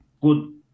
good